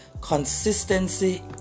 Consistency